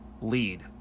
lead